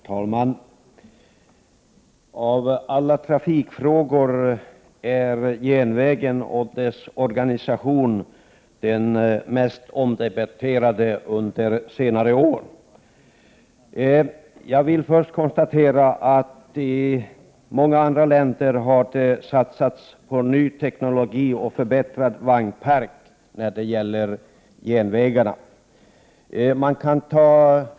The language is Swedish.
Herr talman! Av alla trafikfrågor har järnvägen och dess organisation varit den mest omdebatterade frågan under senare år. Men till att börja med vill jag först konstatera att man i många andra länder har satsat på ny teknologi och förbättrad vagnpark när det gäller järnvägarna.